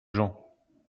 gens